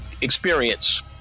Experience